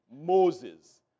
Moses